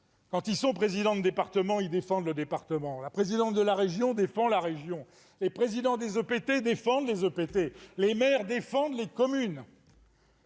place. Les présidents de département défendent leur département, la présidente de région défend la région, les présidents des EPT défendent les EPT et les maires défendent les communes.